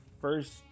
first